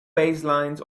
baselines